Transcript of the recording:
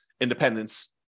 independence